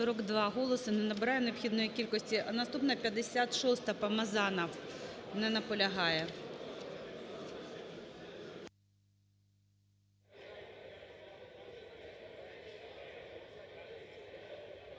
42 голоси. Не набирає необхідної кількості. Наступна, 56-а, Помазанов. Не наполягає.